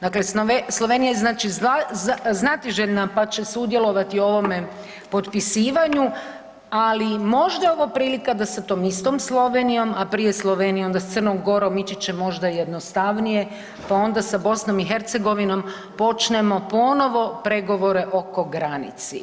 Dakle, Slovenija je znači znatiželjna, pa će sudjelovati u ovome potpisivanju, ali možda je ovo prilika da se tom istom Slovenijom, a prije Slovenijom, da s Crnom Gorom ići će možda jednostavnije, pa onda sa BiH počnemo ponovo pregovore oko granice.